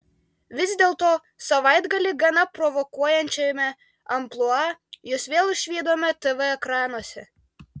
vis dėlto savaitgalį gana provokuojančiame amplua jus vėl išvydome tv ekranuose